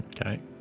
okay